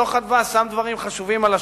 דוח "אדוה" שם דברים חשובים על השולחן,